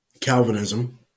Calvinism